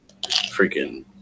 freaking